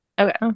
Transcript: Okay